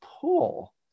pull